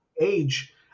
age